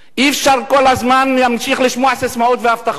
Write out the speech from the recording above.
אי-אפשר כל הזמן להמשיך לשמוע ססמאות והבטחות.